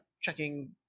checking